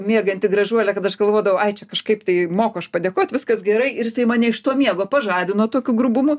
mieganti gražuolė kad aš galvodavau ai čia kažkaip tai moku aš padėkot viskas gerai ir jisai mane iš to miego pažadino tokiu grubumu